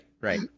Right